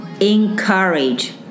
encourage